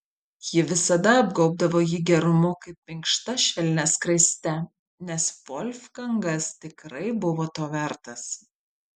ji visada apgaubdavo jį gerumu kaip minkšta švelnia skraiste nes volfgangas tikrai buvo to vertas